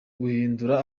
guhindura